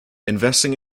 investing